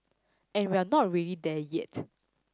and we're not really there yet